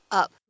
up